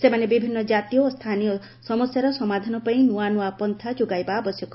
ସେମାନେ ବିଭିନ୍ନ ଜାତୀୟ ଓ ସ୍ଥାନୀୟ ସମସ୍ୟାର ସମାଧାନ ପାଇଁ ନୂଆ ନୂଆ ପନ୍ଥା ଯୋଗାଇବା ଆବଶ୍ୟକ